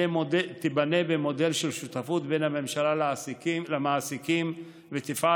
תיבנה במודל של שותפות בין הממשלה למעסיקים ותפעל